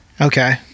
Okay